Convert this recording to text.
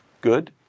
Good